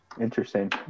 Interesting